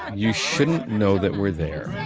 you shouldn't know that we're there.